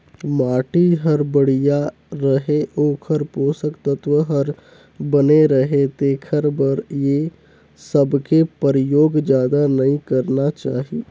माटी हर बड़िया रहें, ओखर पोसक तत्व हर बने रहे तेखर बर ए सबके परयोग जादा नई करना चाही